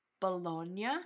Bologna